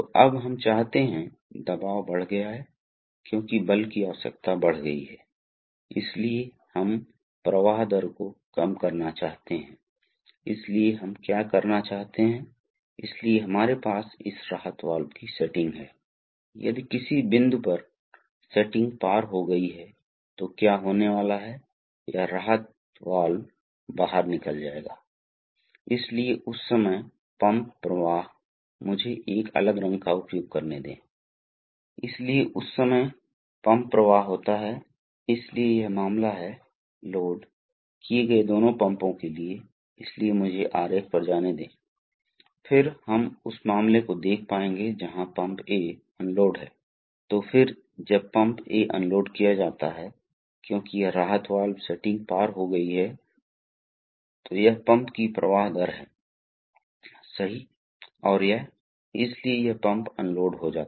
तो हम एक साधारण हाइड्रोलिक एक्चुएटर को देखते हैं इसलिए आप देखते हैं कि हम यहां एक दबाव बना रहे हैं जिससे कि क्षेत्र और दबाव के आधार पर एक बल F बनता है इसलिए F P x A अब हम वेग को देखें वाष्पशील प्रवाह दर Q क्या है यह L x A के बराबर है जहाँ L प्रति इकाई समय की यात्रा है दूसरे शब्दों में L वेग है इसलिए F P x A Q L x A या दूसरे शब्दों में हम लिख सकते हैं कि V Q A इसलिए आप देखते हैं कि वह कौन सी यांत्रिक पावर है जिसे विकसित किया गया है जो कि वेग गुणा बल होगा